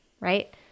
right